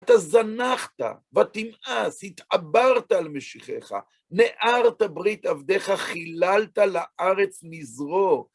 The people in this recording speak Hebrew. אתה זנחת ותמאס, התעברת על משיחך. נארתה ברית עבדך, חיללת לארץ נזרו.